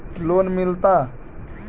Loan मिलता?